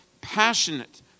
passionate